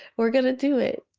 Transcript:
we're gonna do it.